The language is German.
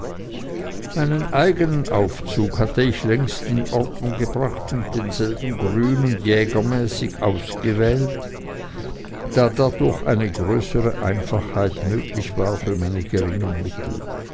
meinen eigenen anzug hatte ich längst in ordnung gebracht und denselben grün und jägermäßig gewählt da dadurch eine größere einfachheit möglich war für meine geringen mittel